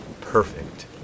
Perfect